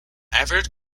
avid